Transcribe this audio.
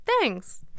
Thanks